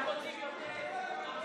תפסיק לספר סיפורים,